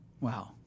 Wow